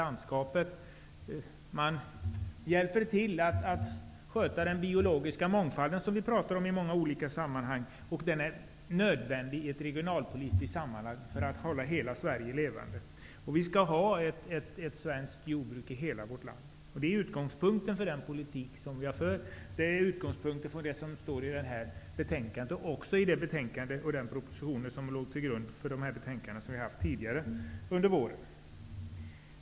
Jordbrukarna hjälper till att värna den biologiska mångfald som vi pratar om i många olika sammanhang. Jordbruket är nödvändigt i ett regionalpolitiskt sammanhang för att vi skall kunna hålla hela Sverige levande. Vi skall ha jordbruk i hela vårt land. Det är utgångspunkten för den politik som vi har fört, och det är utgångspunkten för det som står i betänkandet och i de propositioner som låg till grund för de betänkanden vi behandlat tidigare under våren.